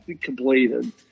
completed